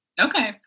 okay